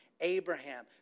Abraham